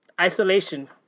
Isolation